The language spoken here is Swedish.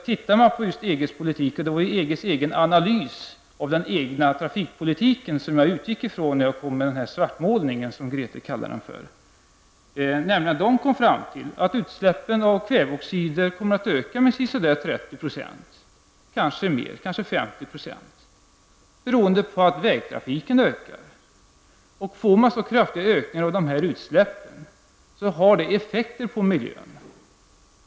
Tittar man på EGs analys av den egna trafikpolitiken, som jag utgick från när jag kom med svartmålningen, som Grethe Lundblad kallade den, visar den att man kommit fram till att utsläppen av kväveoxider kommer att öka med ca 30 %, kanske 50 %, beroende på att vägtrafiken kommer att öka. Får man så kraftiga ökningar av dessa utsläpp, så kommer det att ha effekter på miljön.